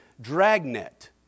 dragnet